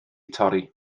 torri